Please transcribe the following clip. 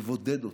לבודד אותה.